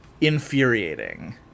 infuriating